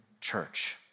church